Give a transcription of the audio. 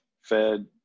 fed